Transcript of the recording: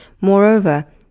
moreover